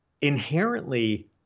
inherently